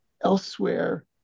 elsewhere